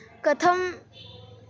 कथं